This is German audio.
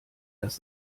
dass